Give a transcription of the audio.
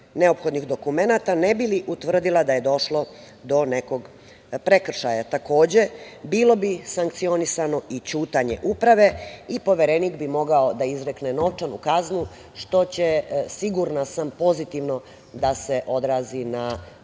neophodnih dokumenata, ne bi li utvrdila da je došlo do nekog prekršaja. Takođe, bilo bi sankcionisano i ćutanje uprave i Poverenik bi mogao da izrekne novčanu kaznu, što će sigurna sam, pozitivno da se odrazi na